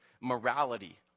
morality